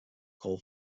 call